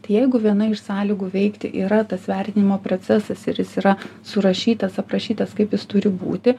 tai jeigu viena iš sąlygų veikti yra tas vertinimo procesas ir jis yra surašytas aprašytas kaip jis turi būti